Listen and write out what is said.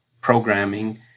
programming